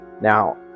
Now